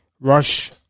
Rush